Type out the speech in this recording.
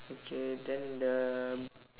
okay then the